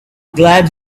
glad